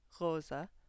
rosa